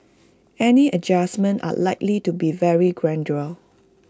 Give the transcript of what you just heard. any adjustments are likely to be very gradual